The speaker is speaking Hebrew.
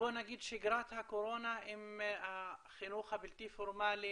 שגרת הקורונה עם החינוך הבלתי פורמלי?